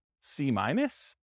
C-minus